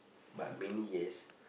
but mainly yes